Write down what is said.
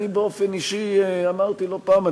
אני באופן אישי אמרתי לא פעם,